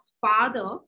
father